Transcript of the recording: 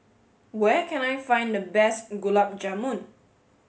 where can I find the best Gulab Jamun